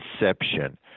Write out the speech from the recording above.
inception –